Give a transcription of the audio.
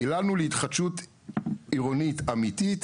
פיללנו להתחדשות עירונית אמיתית,